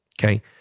Okay